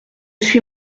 suis